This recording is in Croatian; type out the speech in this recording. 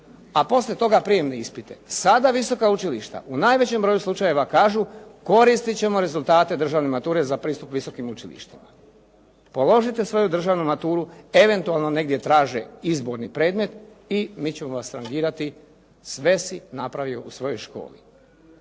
a poslije toga prijemne ispite. Sada visoka učilišta u najvećem broju slučajeva kažu koristit ćemo rezultate državne mature za pristup visokim učilištima. Položite svoju državnu maturu, eventualno negdje taže izborni predmet i mi ćemo vas tangirati, sve si napravio u svojoj školi.